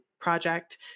project